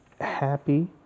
happy